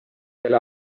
kelle